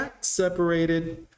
separated